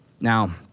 Now